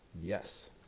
yes